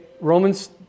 Romans